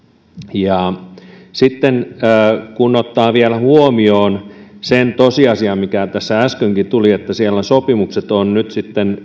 sitten pitää ottaa vielä huomioon se tosiasia mikä tässä äskenkin tuli että siellä sopimukset ovat nyt sitten